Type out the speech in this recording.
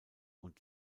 und